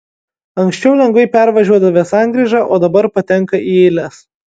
anksčiau lengvai pervažiuodavę sankryžą o dabar patenka į eiles